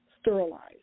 sterilized